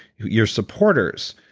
your supporters,